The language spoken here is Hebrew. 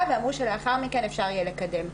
ואמרו שלאחר מכן אפשר יהיה לקדם אותה.